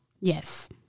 yes